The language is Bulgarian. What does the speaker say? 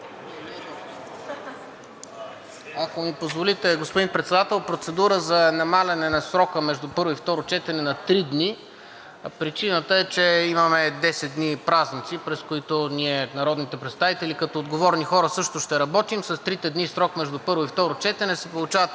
Ако ми позволите, господин Председател, процедура за намаляване на срока между първо и второ четене на три дни. Причината е, че имаме 10 дни празници, през които ние, народните представители, като отговорни хора също ще работим. С трите дни срок между първо и второ четене се получават